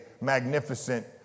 magnificent